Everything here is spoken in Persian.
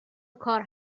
کار